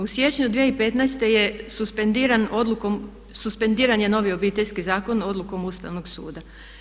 U siječnju 2015. suspendiran odlukom, suspendiran je novi Obiteljski zakon odlukom Ustavnom suda.